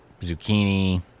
zucchini